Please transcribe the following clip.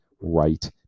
right